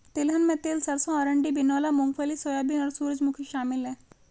तिलहन में तिल सरसों अरंडी बिनौला मूँगफली सोयाबीन और सूरजमुखी शामिल है